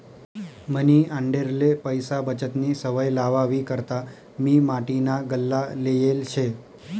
मनी आंडेरले पैसा बचतनी सवय लावावी करता मी माटीना गल्ला लेयेल शे